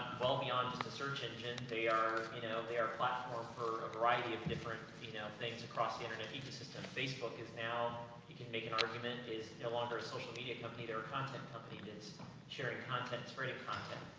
well beyond just a search engine. they are, you know, they are a platform for a variety of different you know, things across the internet ecosystem. facebook is now, you can make an argument, is no longer a social media company, they're a content company and with sharing content, spreading content.